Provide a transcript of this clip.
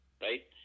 right